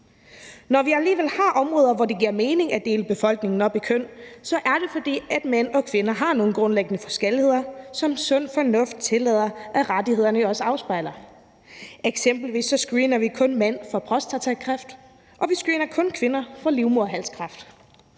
Når vi alligevel har områder, hvor det giver mening at dele befolkningen op i køn, er det, fordi mænd og kvinder har nogle grundlæggende forskelligheder, som sund fornuft tillader at rettighederne også afspejler. Eksempelvis screener vi kun mænd for prostatakræft, og vi screener kun kvinder for livmoderhalskræft.